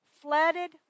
flooded